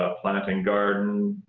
ah planting garden,